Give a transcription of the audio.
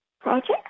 project